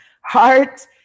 heart